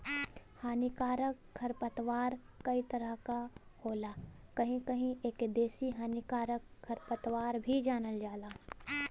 हानिकारक खरपतवार कई तरह क होला कहीं कहीं एके देसी हानिकारक खरपतवार भी जानल जाला